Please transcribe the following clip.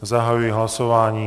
Zahajuji hlasování.